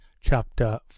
Chapter